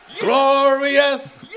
Glorious